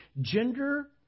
gender-